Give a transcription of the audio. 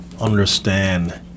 understand